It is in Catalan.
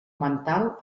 mental